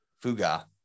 fuga